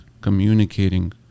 communicating